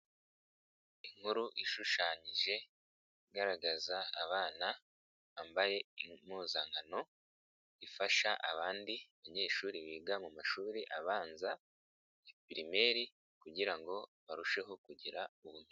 Inkuru ishushanyije igaragaza abana bambaye impuzankano ifasha abandi banyeshuri biga mu mashuri abanza ya pirimeri kugira ngo barusheho kugira ubumenyi.